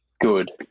good